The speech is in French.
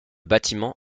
bâtiment